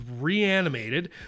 reanimated